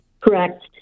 Correct